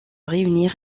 réunir